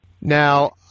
Now